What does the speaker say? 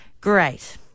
Great